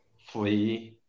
flee